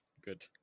Good